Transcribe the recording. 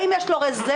האם יש לו רזרבות?